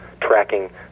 tracking